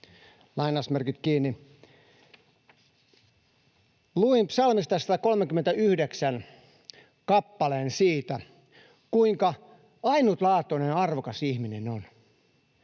niiden määrä!” Luin psalmista 139 kappaleen siitä, kuinka ainutlaatuinen ja arvokas ihminen on.